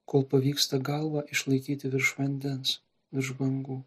kol pavyksta galvą išlaikyti virš vandens virš bangų